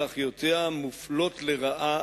ואחיותיה מופלות לרעה.